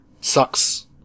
sucks